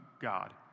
God